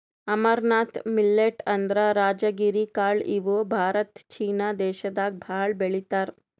amaranth millet ಅಂದ್ರ ರಾಜಗಿರಿ ಕಾಳ್ ಇವ್ ಭಾರತ ಚೀನಾ ದೇಶದಾಗ್ ಭಾಳ್ ಬೆಳಿತಾರ್